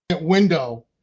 window